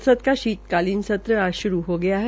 संसद का शीत कालीन सत्र आज श्रू हो गया है